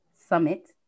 summit